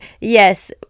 yes